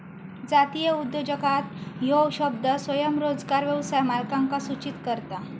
जातीय उद्योजकता ह्यो शब्द स्वयंरोजगार व्यवसाय मालकांका सूचित करता